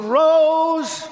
rose